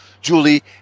Julie